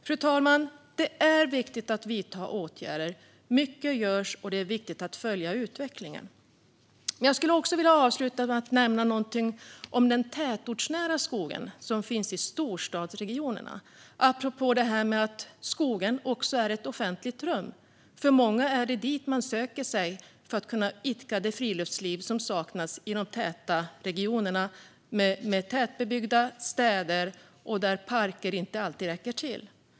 Fru talman! Det är viktigt att vidta åtgärder. Mycket görs, och det är viktigt att följa utvecklingen. Jag skulle vilja avsluta med att nämna något om den tätortsnära skogen som finns i storstadsregionerna, apropå att skogen också är ett offentligt rum. För många är det dit man söker sig för att kunna idka det friluftsliv som saknas i de täta regionerna med tätbebyggda städer där parker inte alltid räcker till.